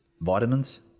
Vitamins